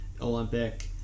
olympic